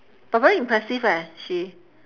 but very impressive leh she